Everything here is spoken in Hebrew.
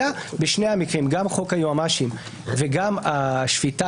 אלא בשני המקרים: גם חוק היועמ"שים וגם חוק יסוד השפיטה